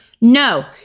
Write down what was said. no